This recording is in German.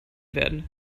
werden